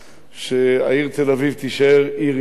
שהעיר תל-אביב תישאר עיר עברית